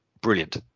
Brilliant